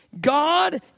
God